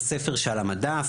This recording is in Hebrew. ספר שעל המדף,